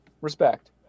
respect